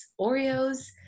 Oreos